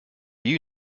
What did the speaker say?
you